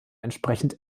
entsprechend